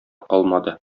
калмады